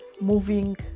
moving